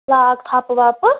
lock تھپہٕ وَپہٕ